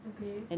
okay